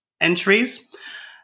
entries